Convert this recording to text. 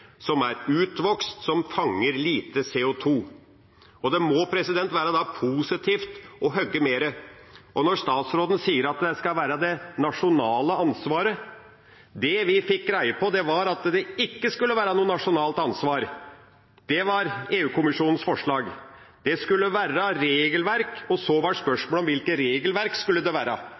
som er utvokst, og som fanger lite CO 2 . Da må det være positivt å hogge mer. Når statsråden sier at det skal være det nasjonale ansvaret: Det vi fikk greie på, var at det ikke skulle være noe nasjonalt ansvar. Det var EU-kommisjonens forslag. Det skulle være regelverk, og så var spørsmålet hvilket regelverk det skulle være. Skulle det